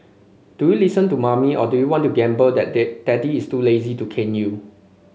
do you listen to mommy or do you want to gamble that dad daddy is too lazy to cane you